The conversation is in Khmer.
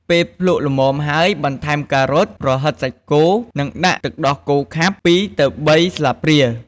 ពេលភ្លក្សល្មមហើយ បន្ថែម ការ៉ុត ប្រហិតសាច់គោ និងដាក់ទឹកដោះគោខាប់ ២ ទៅ ៣ ស្លាបព្រា។